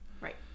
right